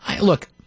look